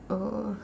oh